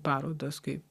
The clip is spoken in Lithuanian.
parodas kaip